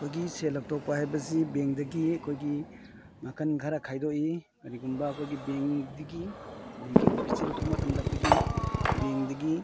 ꯑꯩꯈꯣꯏꯒꯤ ꯁꯦꯜ ꯂꯧꯊꯣꯛꯄ ꯍꯥꯏꯕꯁꯤ ꯕꯦꯡꯗꯒꯤ ꯑꯩꯈꯣꯏꯒꯤ ꯅꯥꯀꯟ ꯈꯔ ꯈꯥꯏꯗꯣꯛꯏ ꯀꯔꯤꯒꯨꯝꯕ ꯑꯩꯈꯣꯏꯒꯤ ꯕꯦꯡꯗꯒꯤ ꯕꯦꯡꯒꯤ ꯑꯣꯐꯤꯁꯇꯒꯤ ꯂꯧꯊꯣꯛꯄ ꯃꯇꯝꯗ ꯑꯩꯈꯣꯏꯒꯤ ꯕꯦꯡꯗꯒꯤ